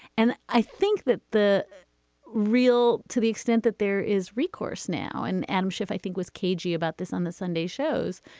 and i think that the real to the extent that there is recourse now and adam schiff, i think was cagey about this on the sunday shows,